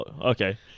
Okay